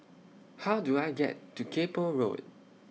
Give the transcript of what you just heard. How Do I get to Kay Poh Road